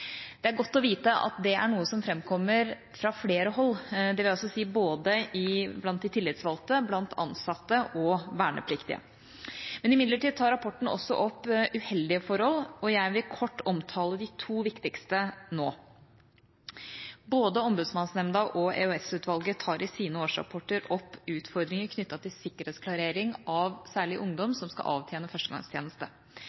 og et godt arbeidsmiljø. Det er godt å vite at dette er noe som framkommer fra flere hold, dvs. både fra de tillitsvalgte og fra ansatte og vernepliktige. Imidlertid tar rapporten også opp uheldige forhold. Jeg vil kort omtale de to viktigste nå. Både Ombudsmannsnemnda og EOS-utvalget tar i sine årsrapporter opp utfordringer knyttet til sikkerhetsklarering av særlig ungdom som skal avtjene førstegangstjeneste.